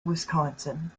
wisconsin